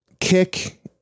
kick